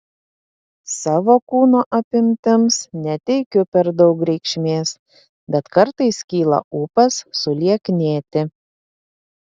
savo kūno apimtims neteikiu per daug reikšmės bet kartais kyla ūpas sulieknėti